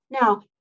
Now